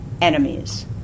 enemies